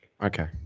Okay